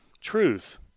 Truth